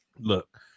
Look